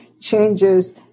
changes